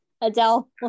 Adele